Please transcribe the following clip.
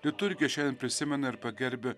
liturgija šiandien prisimena ir pagerbia